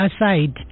aside